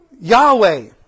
Yahweh